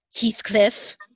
Heathcliff